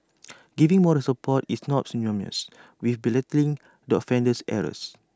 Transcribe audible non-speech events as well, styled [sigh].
[noise] giving moral support is not synonymous with belittling the offender's errors